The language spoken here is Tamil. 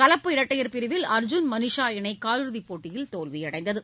கலப்பு இரட்டையர் பிரிவில் அர்ஜுன் மனிஷா இணைகாலிறுதிப் போட்டியில் தோல்வியடைந்தது